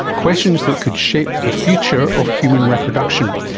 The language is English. questions that could shape the future of human reproduction.